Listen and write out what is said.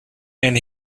and